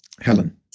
Helen